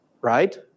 right